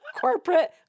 corporate